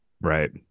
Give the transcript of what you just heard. Right